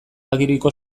agiriko